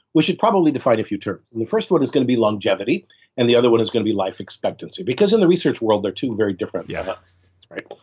we should probably define a few terms and the first one is going to be longevity and the other one is going to be life expectancy because in the research world they're two very different yeah that's right.